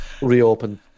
reopen